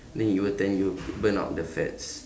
then you go tan you will burn out the fats